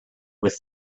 with